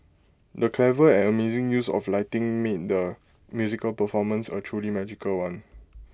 the clever and amazing use of lighting made the musical performance A truly magical one